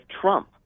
Trump